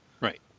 Right